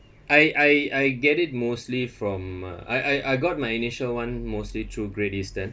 I I I get it mostly from my I I I got my initial [one] mostly through Great Eastern